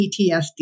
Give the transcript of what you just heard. PTSD